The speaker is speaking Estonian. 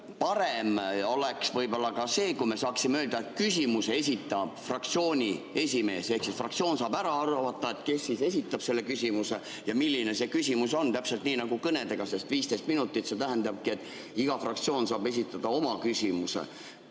parem oleks võib-olla ka see, kui me saaksime öelda, et küsimuse esitab fraktsiooni esimees, ehk siis fraktsioon saab läbi arutada, kes esitab küsimuse ja milline see küsimus on. Täpselt nii nagu kõnedega, sest 15 minutit tähendabki, et iga fraktsioon saab esitada oma küsimuse.